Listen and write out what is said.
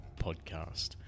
podcast